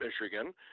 Michigan